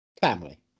Family